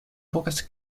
pocas